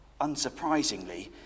Unsurprisingly